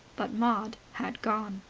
but maud had gone.